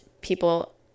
people